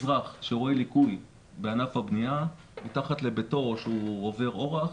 אזרח שרואה ליקוי בענף הבנייה מתחת לביתו או שהוא עובר אורח,